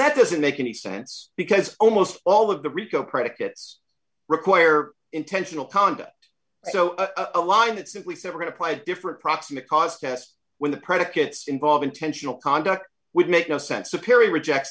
that doesn't make any sense because almost all of the rico predicates require intentional conduct so a line that simply separate applied different proximate cause test when the predicates involve intentional conduct would make no sense to perry rejects